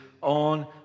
on